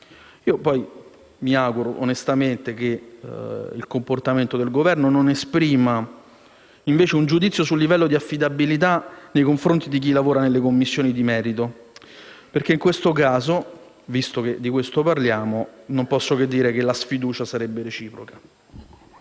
Mi auguro onestamente che il comportamento del Governo non esprima invece un giudizio sul livello di affidabilità nei confronti di chi lavora nelle Commissioni di merito, perché in questo caso, visto che di ciò parliamo, non posso che dire che la sfiducia sarebbe reciproca.